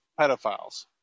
pedophiles